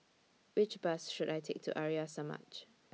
Which Bus should I Take to Arya Samaj